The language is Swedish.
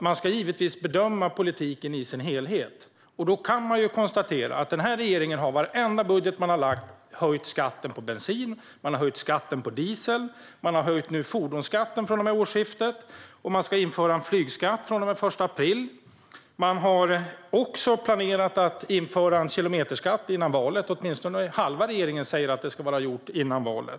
Man ska givetvis bedöma politiken i dess helhet. Då kan man konstatera att regeringen i varenda budget den har lagt fram har höjt skatten på bensin och diesel. Fordonsskatten höjs från och med årsskiftet, och man ska införa en flygskatt från och med den 1 april. Man har också planerat att införa en kilometerskatt före valet. Åtminstone säger halva regeringen att detta ska vara gjort innan dess.